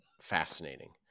fascinating